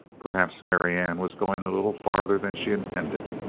perhaps marianne was going a little farther than she intended.